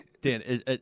Dan